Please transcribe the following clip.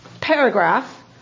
paragraph